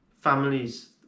Families